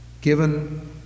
given